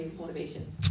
Motivation